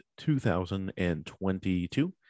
2022